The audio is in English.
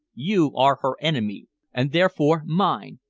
you are her enemy and therefore mine!